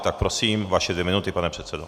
Tak prosím, vaše dvě minuty, pane předsedo.